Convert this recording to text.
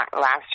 last